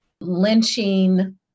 lynching